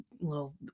little